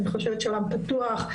אני חושבת שהעולם פתוח,